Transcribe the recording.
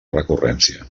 recurrència